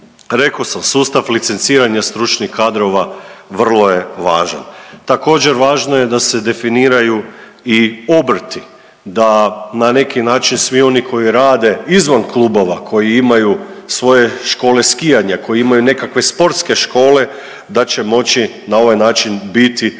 Rekao sam sustav licenciranja stručnih kadrova vrlo je važan. Također važno je da se definiraju i obrti da na neki način svi oni koji rade izvan klubova koji imaju svoje škole skijanja, koji imaju nekakve sportske škole da će moći na ovaj način biti